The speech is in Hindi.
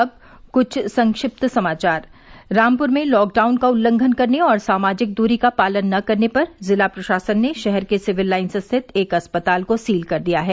और अब कुछ संक्षिप्त समाचार रामपुर में लॉकडाउन का उल्लंघन करने और सामाजिक दूरी का पालन न करने पर जिला प्रशासन ने शहर के सिविल लाइंस स्थित एक अस्पताल को सील कर दिया है